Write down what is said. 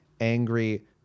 angry